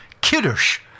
kiddush